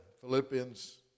Philippians